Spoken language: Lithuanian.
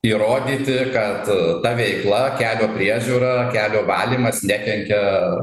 įrodyti kad ta veikla kelio priežiūra kelio valymas nekenkia